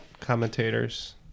commentators